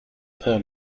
frères